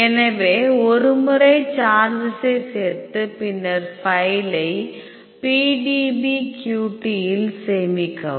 எனவே ஒரு முறை சார்ஜசை சேர்த்து பின்னர் ஃபைலை PDBQTஇல் சேமிக்கவும்